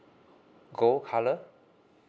gold colour